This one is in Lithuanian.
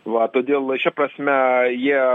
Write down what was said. va todėl šia prasme jie